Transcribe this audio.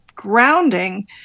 grounding